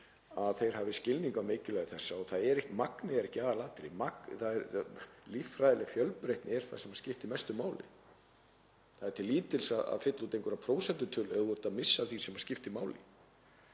hafi skilning á mikilvægi þessa. Magnið er ekki aðalatriðið, líffræðileg fjölbreytni er það sem skiptir mestu máli. Það er til lítils að fylla út einhverja prósentutölu ef þú ert að missa af því sem skiptir máli.